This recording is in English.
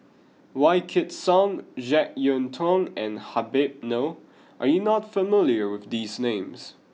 Wykidd Song Jek Yeun Thong and Habib Noh are you not familiar with these names